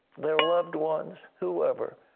their loved ones, whoever.